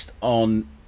on